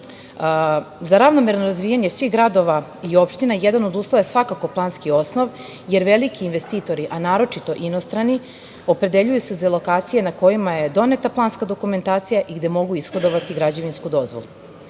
ravnomerno razvijanje svih gradova i opština jedan od uslova je svakako planski osnov, jer veliki investitori, a naročito inostrani, opredeljuju se za lokacije na kojima je doneta planska dokumentacija i gde mogu ishodovati građevinsku dozvolu. Ovakvim